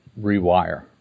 rewire